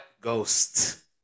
ghosts